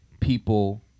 people